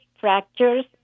fractures